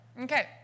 Okay